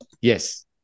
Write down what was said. Yes